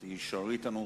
את תישארי אתנו,